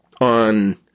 on